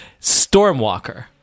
Stormwalker